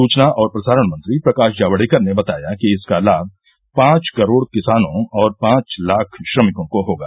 सूचना और प्रसारण मंत्री प्रकाश जावडेकर ने बताया कि इसका लाभ पांच करोड़ किसानों और पांच लाख श्रमिकों को होगा